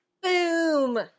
Boom